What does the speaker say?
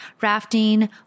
rafting